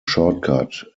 shortcut